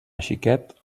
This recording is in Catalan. xiquet